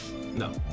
No